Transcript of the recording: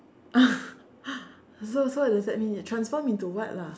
so so what does that mean is you transform into what lah